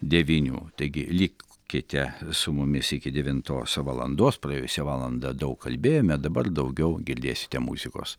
devynių taigi lik kite su mumis iki devintos valandos praėjusią valandą daug kalbėjome dabar daugiau girdėsite muzikos